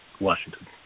Washington